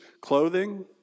clothing